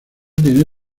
tiene